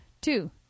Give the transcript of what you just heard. Two